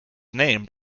named